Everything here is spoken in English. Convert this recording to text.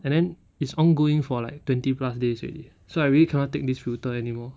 and then it's ongoing for like twenty plus days already eh so I really cannot take this filter anymore